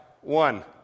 One